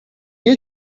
you